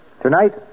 Tonight